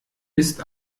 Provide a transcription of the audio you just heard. ist